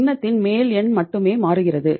பின்னத்தின் மேல் எண் மட்டுமே மாறுகிறது